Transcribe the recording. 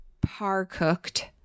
par-cooked